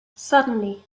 suddenly